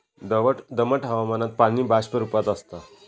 दमट हवामानात पाणी बाष्प रूपात आसता